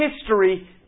history